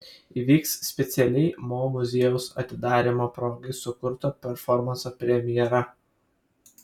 įvyks specialiai mo muziejaus atidarymo progai sukurto performanso premjera